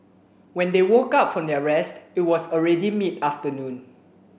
when they woke up from their rest it was already mid afternoon